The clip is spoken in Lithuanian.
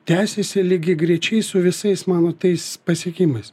tęsiasi lygiagrečiai su visais mano tais pasiekimais